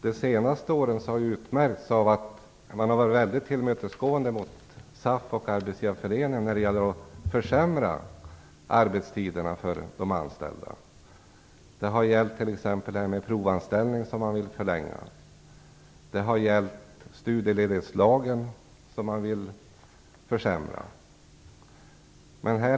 De senaste åren har ju utmärkts av att man har varit väldigt tillmötesgående mot SAF och arbetsgivarna när det har gällt att försämra arbetstiderna för de anställda. Det har t.ex. gällt en förlängning av provanställningstiden. Det har gällt en försämring av studieledighetslagen.